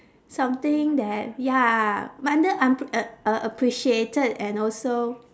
something that ya under~ un~ uh appreciated and also